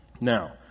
Now